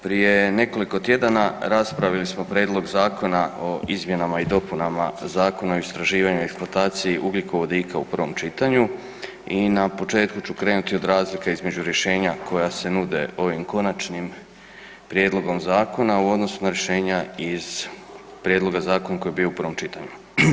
Prije nekoliko tjedana raspravili smo Prijedlog zakona o izmjenama i dopunama Zakona o istraživanju i eksploataciji ugljikovodika u prvom čitanju i na početku ću krenuti od razlike između rješenja koja se nude ovim konačnim prijedlogom zakona u odnosu na rješenja iz prijedloga zakona koji je bio u prvom čitanju.